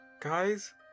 guys